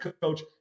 coach